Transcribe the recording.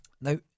Now